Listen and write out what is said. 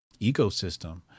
ecosystem